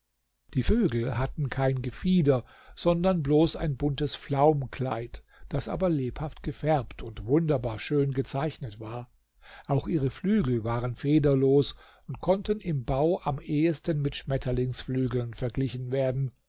die vögel hatten kein gefieder sondern bloß ein buntes flaumkleid das aber lebhaft gefärbt und wunderbar schön gezeichnet war auch ihre flügel waren federlos und konnten im bau am ehesten mit schmetterlingsflügeln verglichen werden